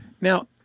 Now